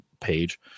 page